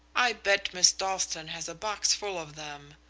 i bet miss dalstan has a box full of them.